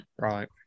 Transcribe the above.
Right